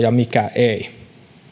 ja mikä ei